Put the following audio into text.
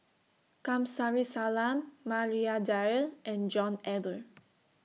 Kamsari Salam Maria Dyer and John Eber